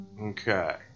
Okay